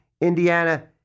Indiana